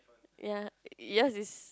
ya your's is